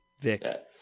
Vic